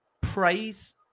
praise